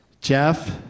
Jeff